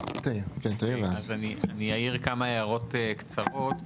אני אעיר כמה הערות קצרות.